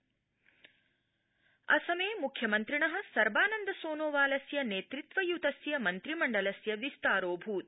असमम् असमे मुख्यमन्त्रिण सर्बानन्दसोनोवालस्य नेतृत्वयुतस्य मन्त्रिमण्डलस्य विस्तारोभूत्